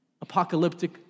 apocalyptic